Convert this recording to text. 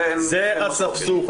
זה אספסוף.